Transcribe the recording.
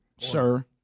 Sir